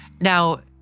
Now